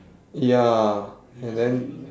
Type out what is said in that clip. ya and then